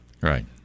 Right